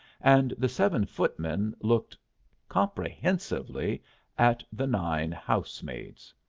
and the seven footmen looked comprehensively at the nine house-maids.